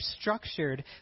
structured